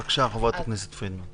בבקשה, חברת הכנסת פרידמן.